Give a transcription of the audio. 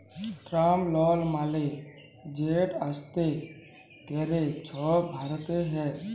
term লল মালে যেট আস্তে ক্যরে ছব ভরতে হ্যয়